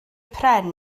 pren